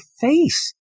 face